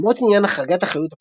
למרות עניין החרגת אחריות הפולנים,